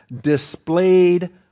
displayed